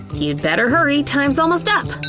you'd better hurry! time's almost up!